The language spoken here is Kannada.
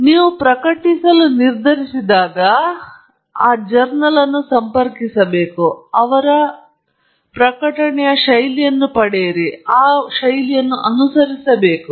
ಆದ್ದರಿಂದ ನೀವು ಪ್ರಕಟಿಸಲು ನಿರ್ಧರಿಸಿದಾಗ ನೀವು ಜರ್ನಲ್ ಅನ್ನು ಸಂಪರ್ಕಿಸಬೇಕು ಅವರ ಶೈಲಿಯನ್ನು ಪಡೆಯಲು ಮತ್ತು ಆ ಶೈಲಿಯನ್ನು ಅನುಸರಿಸಬೇಕು